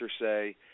say